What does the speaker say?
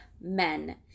men